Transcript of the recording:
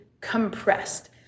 compressed